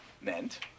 meant